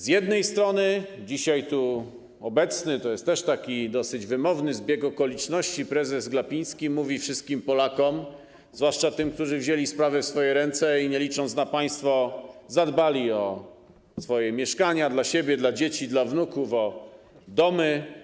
Z jednej strony, dzisiaj tu obecny - to jest też taki dosyć wymowny zbieg okoliczności - prezes Glapiński mówi wszystkim Polakom, zwłaszcza tym, którzy wzięli sprawy w swoje ręce i, nie licząc na państwo, zadbali o swoje mieszkania dla siebie, dla dzieci i dla wnuków, o domy.